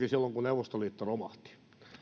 silloin kun neuvostoliitto romahti